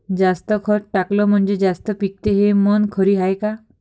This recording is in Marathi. जास्त खत टाकलं म्हनजे जास्त पिकते हे म्हन खरी हाये का?